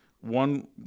One